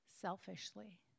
selfishly